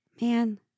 man